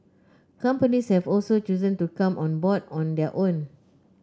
companies have also chosen to come on board on their own